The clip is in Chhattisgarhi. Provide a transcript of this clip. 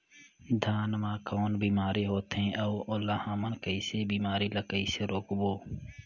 धान मा कौन बीमारी होथे अउ ओला हमन कइसे बीमारी ला कइसे रोकबो?